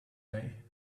day